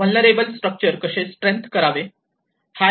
vulnerable structure कसे strengthen करावे